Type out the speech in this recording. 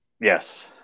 Yes